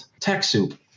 TechSoup